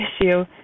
issue